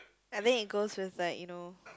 I mean it goes with like you know